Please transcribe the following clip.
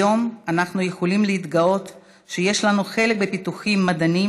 היום אנחנו יכולים להתגאות שיש לנו חלק בפיתוחים מדעיים